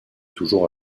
toujours